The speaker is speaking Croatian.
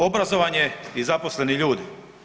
Obrazovanje i zaposleni ljudi.